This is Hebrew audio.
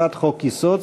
אחת חוק-יסוד,